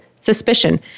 suspicion